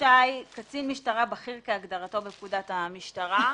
"רשאי קצין משטרה בכיר כהגדרתו בפקודת המשטרה".